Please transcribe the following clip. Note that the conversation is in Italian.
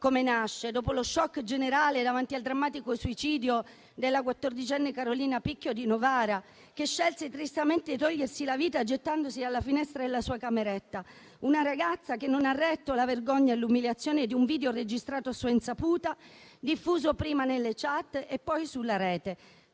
è nata dopo lo *shock* generale davanti al drammatico suicidio della quattordicenne Carolina Picchio di Novara che scelse tristemente di togliersi la vita gettandosi dalla finestra della sua cameretta. Una ragazza che non ha retto la vergogna e l'umiliazione di un video registrato a sua insaputa, diffuso prima nelle *chat* e poi sulla rete.